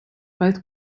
both